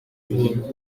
guhimba